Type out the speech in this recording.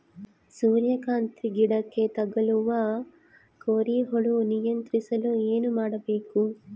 ಸೂರ್ಯಕಾಂತಿ ಗಿಡಕ್ಕೆ ತಗುಲುವ ಕೋರಿ ಹುಳು ನಿಯಂತ್ರಿಸಲು ಏನು ಮಾಡಬೇಕು?